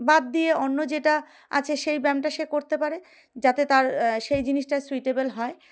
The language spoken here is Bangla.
বাদ দিয়ে অন্য যেটা আছে সেই ব্যায়ামটা সে করতে পারে যাতে তার সেই জিনিসটা সুইটেবেল হয়